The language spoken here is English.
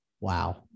Wow